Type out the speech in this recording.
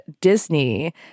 Disney